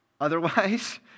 otherwise